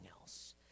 else